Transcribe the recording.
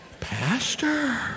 Pastor